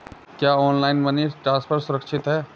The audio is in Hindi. क्या ऑनलाइन मनी ट्रांसफर सुरक्षित है?